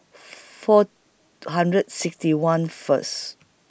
four hundred sixty one First